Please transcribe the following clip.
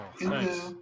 nice